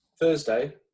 Thursday